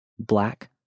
Black